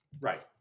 Right